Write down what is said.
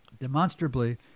demonstrably